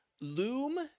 loom